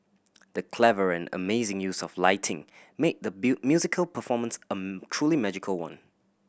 the clever and amazing use of lighting made the musical performance truly magical one